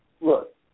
look